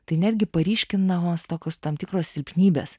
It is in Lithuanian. tai netgi paryškinamos tokios tam tikros silpnybės